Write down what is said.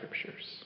scriptures